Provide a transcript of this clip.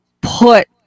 put